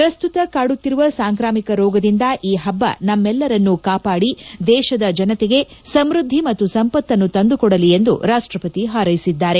ಪ್ರಸ್ತುತ ಕಾಡುತ್ತಿರುವ ಸಾಂಕ್ರಾಮಿಕ ರೋಗದಿಂದ ಈ ಹಬ್ಬ ನಮ್ಮೆಲ್ಲರನ್ನೂ ಕಾಪಾಡಿ ದೇಶದ ಜನತೆಗೆ ಸಮೃದ್ದಿ ಮತ್ತು ಸಂಪತ್ತನ್ನು ತಂದುಕೊಡಲಿ ಎಂದು ರಾಷ್ಟಪತಿ ಹಾರ್ಯೆಸಿದ್ದಾರೆ